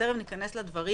ותכף ניכנס לדברים